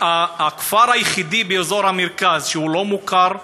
הכפר היחידי באזור המרכז שהוא לא מוכר,